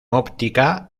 óptica